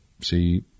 see